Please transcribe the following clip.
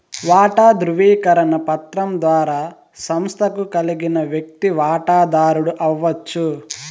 వాటా దృవీకరణ పత్రం ద్వారా సంస్తకు కలిగిన వ్యక్తి వాటదారుడు అవచ్చు